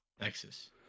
Texas